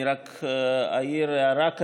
אני רק אעיר הערה,